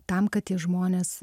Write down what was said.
tam kad tie žmonės